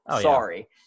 sorry